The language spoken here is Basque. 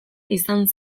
izan